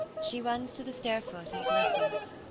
she runs to the stair-foot and listens.